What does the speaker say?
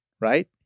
Right